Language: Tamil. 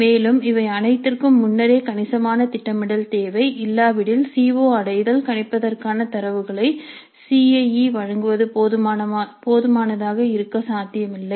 மேலும் இவை அனைத்திற்கும் முன்னரே கணிசமான திட்டமிடல் தேவை இல்லா விடில் சி ஓ அடைதல் கணிப்பதற்கான தரவுகளை சி ஐ ஈ வழங்குவது போதுமானதாக இருக்க சாத்தியமில்லை